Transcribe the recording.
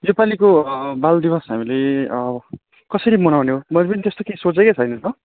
योपालिको बाल दिवस हामीले कसरी मनाउने हो मैले पनि त्यस्तो केही सोचेकै छैन त